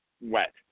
wet